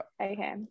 Okay